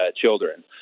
children